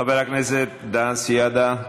חבר הכנסת דן סידה,